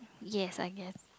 yes I guess